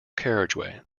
carriageway